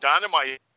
Dynamite